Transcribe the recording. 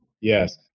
Yes